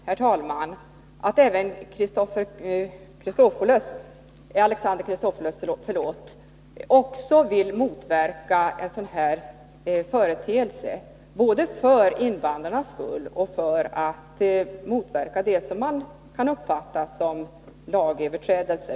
Herr talman! Jag utgår från att även Alexander Chrisopoulos vill motverka en sådan här företeelse, både för invandrarnas skull och för att förhindra det som man kan uppfatta som lagöverträdelse.